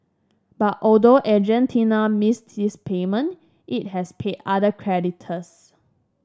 but although Argentina missed this payment it has paid other creditors